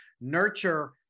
nurture